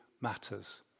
matters